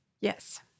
Yes